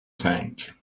tank